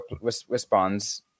responds